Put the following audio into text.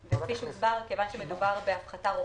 אושרו.